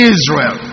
Israel